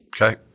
Okay